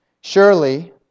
surely